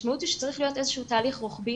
המשמעות היא שצריך להיות איזשהו תהליך רוחבי